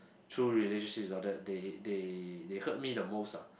through relationships all that they they they hurt me the most lah